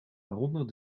waaronder